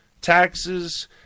taxes